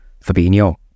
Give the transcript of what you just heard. Fabinho